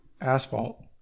asphalt